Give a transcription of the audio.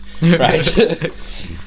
Right